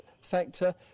factor